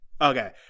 Okay